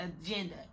agenda